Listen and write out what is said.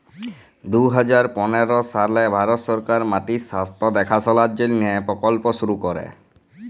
দু হাজার পলের সালে ভারত সরকার মাটির স্বাস্থ্য দ্যাখাশলার জ্যনহে পরকল্প শুরু ক্যরে